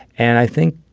and i think,